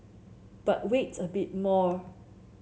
but wait a bit more